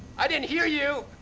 i didn't hear you!